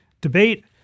debate